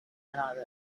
another